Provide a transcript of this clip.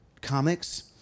comics